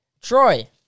Troy